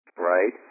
right